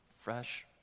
fresh